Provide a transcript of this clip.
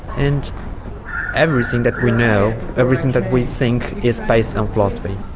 and everything that we know, everything that we think is based on philosophy.